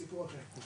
סיפור אחר.